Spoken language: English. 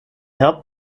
helped